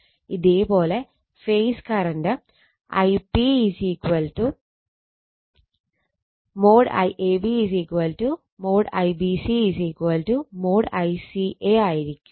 ഇതേ പോലെ phase current Ip |IAB| |IBC| | ICA| എന്നായിരിക്കും